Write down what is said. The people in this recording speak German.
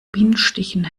bienenstichen